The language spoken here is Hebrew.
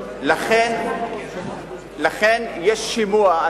לכן יש שימוע,